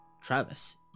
Travis